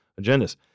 agendas